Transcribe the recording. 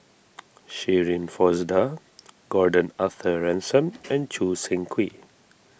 Shirin Fozdar Gordon Arthur Ransome and Choo Seng Quee